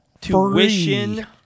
tuition